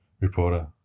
reporter